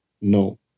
no